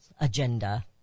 agenda